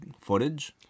footage